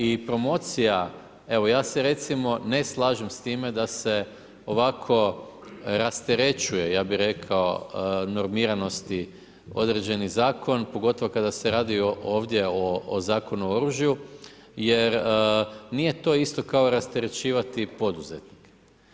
I promocija, evo ja se recimo, ne slažem s time, da se ovako rasterećuje, ja bi rekao, normiranosti određeni zakon, pogotovo kada se radi ovdje o Zakonu o oružju, jer nije to isto kao rasterećivati poduzetnike.